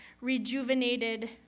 rejuvenated